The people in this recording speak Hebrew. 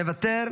מוותר,